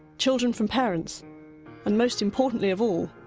children from parents and, most importantly of all,